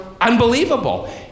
unbelievable